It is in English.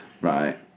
right